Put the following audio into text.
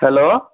hello